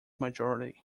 majority